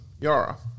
YARA